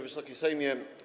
Wysoki Sejmie!